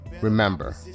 Remember